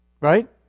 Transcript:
right